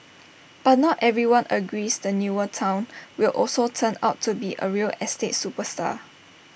but not everyone agrees the newer Town will also turn out to be A real estate superstar